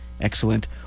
excellent